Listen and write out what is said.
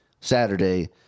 Saturday